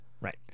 right